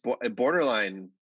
borderline